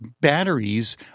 batteries